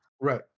Right